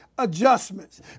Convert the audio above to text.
adjustments